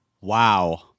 Wow